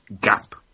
gap